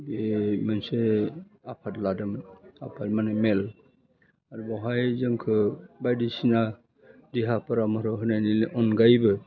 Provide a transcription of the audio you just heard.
बे मोनसे आफाद दादोंमोन आफाद माने मेल आरो बहाय जोंखो बायदिसिना देहाफोरा मरह होनायनि अनगायैबो